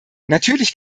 natürlich